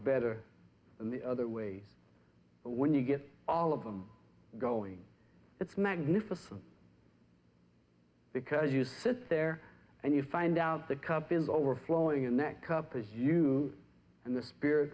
better than the other way but when you get all of them going it's magnificent because you sit there and you find out the cup is overflowing and that cup is you and the spirit